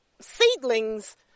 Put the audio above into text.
seedlings